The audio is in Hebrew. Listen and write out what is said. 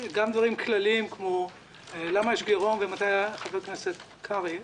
גם דברים כלליים, כמו שאלתו של חבר הכנסת קרעי: